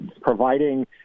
providing